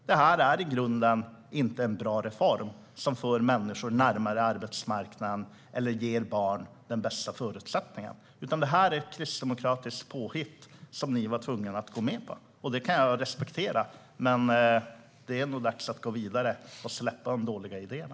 Det här är i grunden inte en bra reform som för människor närmare arbetsmarknaden eller ger barn de bästa förutsättningarna. Det här är ett kristdemokratiskt påhitt som ni var tvungna att gå med på. Det är något jag kan respektera, men det är nog dags att gå vidare och släppa de dåliga idéerna.